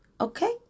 Okay